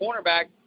cornerback